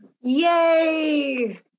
Yay